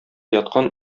яткан